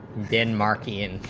denmark ian